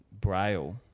braille